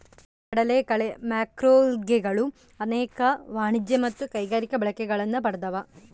ಕಡಲಕಳೆ ಮ್ಯಾಕ್ರೋಲ್ಗೆಗಳು ಅನೇಕ ವಾಣಿಜ್ಯ ಮತ್ತು ಕೈಗಾರಿಕಾ ಬಳಕೆಗಳನ್ನು ಪಡ್ದವ